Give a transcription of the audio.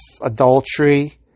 adultery